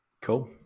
Cool